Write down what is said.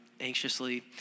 anxiously